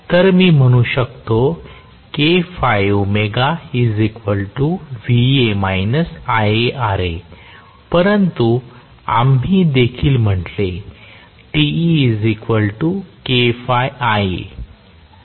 तर मी म्हणू शकतो परंतु आम्ही देखील म्हटले